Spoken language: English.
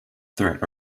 threat